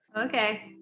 okay